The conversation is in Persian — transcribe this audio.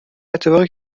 اتفاقی